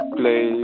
play